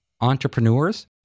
entrepreneurs